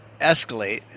escalate